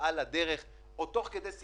יספרו לי שאני לא מכירה את